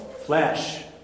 flesh